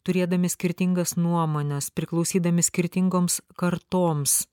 turėdami skirtingas nuomones priklausydami skirtingoms kartoms